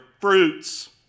fruits